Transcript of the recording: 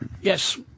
Yes